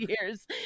years